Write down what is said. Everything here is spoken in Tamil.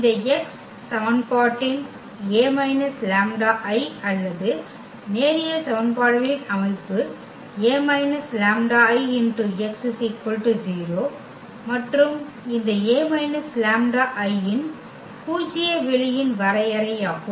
இந்த x சமன்பாட்டின் A − λI அல்லது நேரியல் சமன்பாடுகளின் அமைப்பு A λI x 0 மற்றும் இது இந்த A − λI இன் பூஜ்ய வெளியின் வரையறையாகும்